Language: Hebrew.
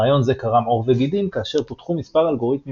רעיון זה קרם עור וגידים כאשר פותחו מספר אלגוריתמים